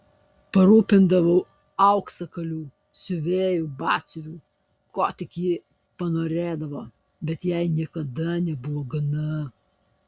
parūpindavau auksakalių siuvėjų batsiuvių ko tik ji panorėdavo bet jai niekada nebuvo gana